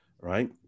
right